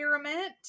experiment